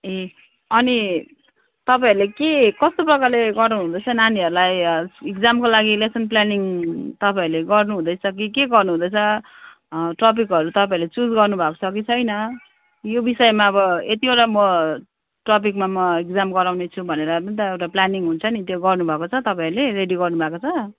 ए अनि तपाईँहरूले के कस्तो प्रकारले गराउनु हुँदैछ नानीहरूलाई इक्जामको लागि लेसन प्ल्यानिङ तपाईँहरूले गर्नु हुँदैछ कि के गर्नु हुँदैछ टपिकहरू तपाईँहरूले चुज गर्नुभएको छ कि छैन यो विषयमा अब यतिवटा म टपिकमा म इक्जाम गराउने छु भनेर पनि त एउटा प्ल्यानिङ हुन्छ नि त्यो गर्नुभएको छ तपाईँहरले रेडी गर्नुभएको छ